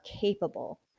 capable